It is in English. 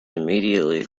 immediately